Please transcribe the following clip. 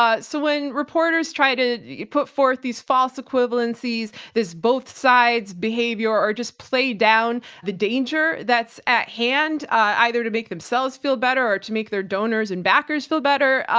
ah so, when reporters try to put forth these false equivalencies, this both sides behavior, or just play down the danger that's at hand, either to make themselves feel better or to make their donors and backers feel better,